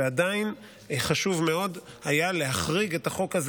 ועדיין חשוב מאוד היה להחריג את החוק הזה